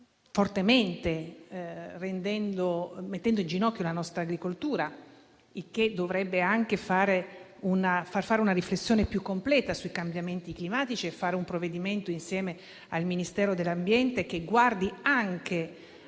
fortemente mettendo in ginocchio la nostra agricoltura e che dovrebbero stimolare l'avvio di una riflessione più completa sui cambiamenti climatici, al fine di emanare un provvedimento, insieme al Ministero dell'ambiente, che guardi